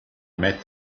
met